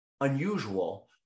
unusual